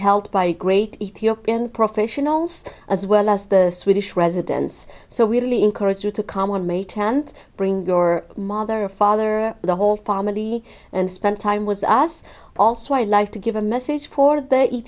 helped by a great ethiopian professionals as well as the swedish residence so we really encourage you to come on may tenth bring your mother or father or the whole family and spent time with us also i like to give a message for th